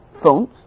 phones